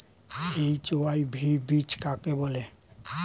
HYV বীজ কাকে বলে?